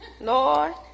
Lord